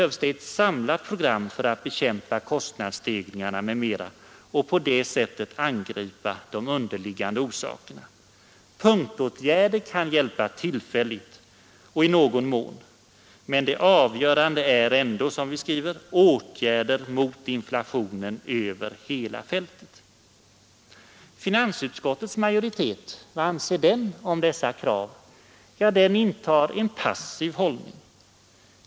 Som vi anfört behövs ett samlat program för att bekämpa kostnadsstegringarna m. m, och därmed angripa de underliggande orsakerna. Punktåtgärder kan hjälpa tillfälligt och i någon mån.” Men det avgörande är ändå ”Åtgärder mot inflationen över hela fältet”. Vad anser nu finansutskottets majoritet om dessa krav? Den intar i sitt utlåtande en passiv hållning.